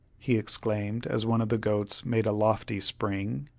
he exclaimed as one of the goats made a lofty spring.